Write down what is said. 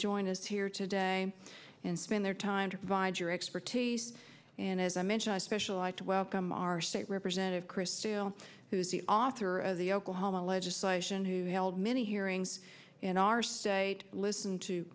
join us here today and spend their time to provide your expertise and as i mentioned i specialized to welcome our state representative crystal who's the author of the oklahoma legislation who held many hearings in our state list